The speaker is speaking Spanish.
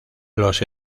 los